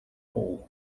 hole